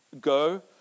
go